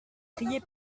crier